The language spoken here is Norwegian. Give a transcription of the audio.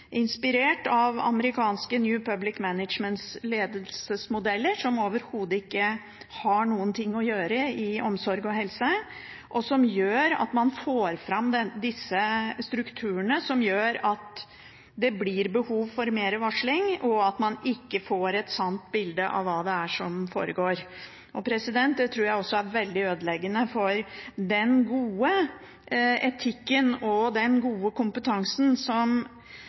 inspirert av amerikanske New Public Managements ledelsesmodeller, som overhodet ikke har noen ting å gjøre innen omsorg og helse, og som gjør at man får fram disse strukturene som gjør at det blir behov for mer varsling, og at man ikke får et sant bilde av hva som foregår. Det tror jeg er veldig ødeleggende for den gode etikken og den gode kompetansen som